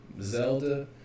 Zelda